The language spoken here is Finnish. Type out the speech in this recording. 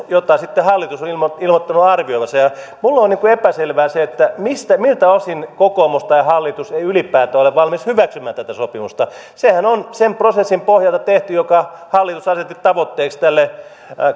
jota sitten hallitus on ilmoittanut arvioivansa minulle on epäselvää se miltä osin kokoomus tai hallitus ei ylipäätään ole valmis hyväksymään tätä sopimusta sehän on sen prosessin pohjalta tehty jonka hallitus asetti tavoitteeksi tälle